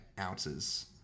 ounces